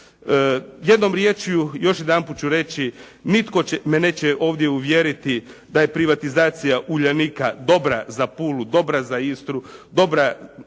Jednom riječju još jedanput ću reći nitko me neće ovdje uvjeriti da je privatizacija Uljanika dobra za Pulu, dobra za Istru, dobra